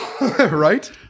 Right